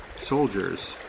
soldiers